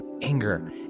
anger